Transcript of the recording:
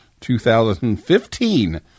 2015